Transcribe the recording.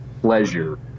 pleasure